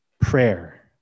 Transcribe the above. prayer